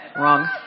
wrong